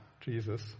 Jesus